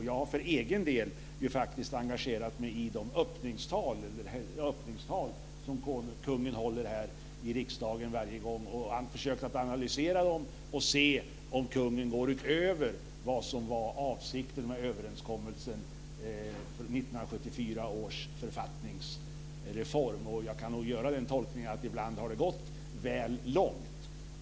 Jag har för egen del engagerat mig i de öppningstal som kungen håller här i riksdagen varje gång. Jag har försökt att analysera dem och se om kungen går utöver vad som var avsikten med överenskommelsen i 1974 års författningsreform. Jag kan nog göra den tolkningen att ibland har det gått väl långt.